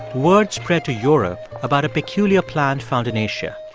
word spread to europe about a peculiar plant found in asia.